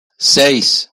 seis